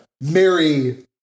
Mary